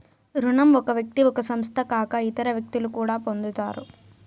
రుణం ఒక వ్యక్తి ఒక సంస్థ కాక ఇతర వ్యక్తులు కూడా పొందుతారు